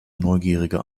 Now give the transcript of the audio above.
neugierige